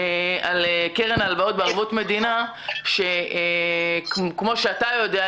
על קרן הלוואות בערבות המדינה שכמו שאתה יודע,